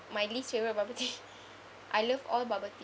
my least favourite bubble tea I love all bubble tea